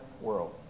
world